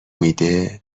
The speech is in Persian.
میده